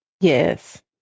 Yes